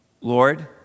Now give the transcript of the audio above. Lord